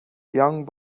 young